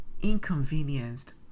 Inconvenienced